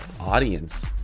audience